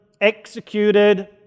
executed